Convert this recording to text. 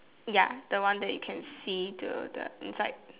ya the one that you can see the the inside